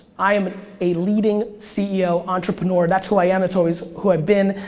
i am a leading ceo entrepreneur, that's who i am. it's always who i've been.